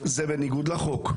זה בניגוד לחוק.